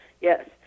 Yes